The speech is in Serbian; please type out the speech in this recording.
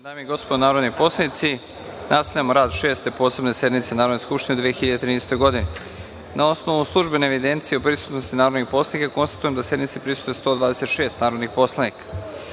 dame i gospodo narodni poslanici, nastavljamo rad Šeste posebne sednice Narodne skupštine Republike Srbije u 2013. godini. Na osnovu službene evidencije o prisutnosti narodnih poslanika, konstatujem da sednici prisustvuje 126 narodnih poslanika. Radi